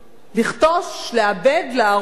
כול לכתוש, לאבד, להרוס ולהשמיד.